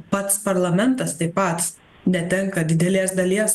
pats parlamentas taip pat netenka didelės dalies